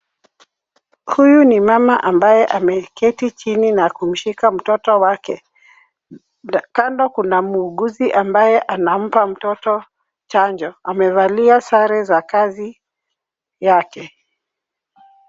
Huyu ni mama ambaye ameketi chini na kumshika mtoto wake. Kando kuna muuguzi ambaye anampa mtoto chanjo. Amevalia sare za kazi yake